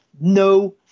No